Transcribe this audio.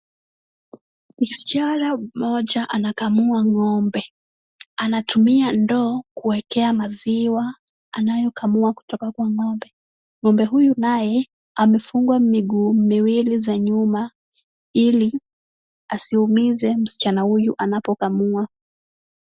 Msichana mmoja anakamua ng'ombe. Anatumia ndoo kuwekea maziwa anayokamua kutoka kwa ng'ombe. Ng'ombe huyu naye amefungwa miguu miwili za nyuma, ili asiumize msichana huyu anapokamua.